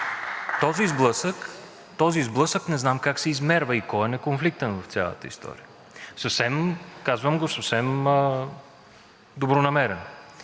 Този сблъсък не знам как се измерва и кой е неконфликтен в цялата история – казвам го съвсем добронамерено.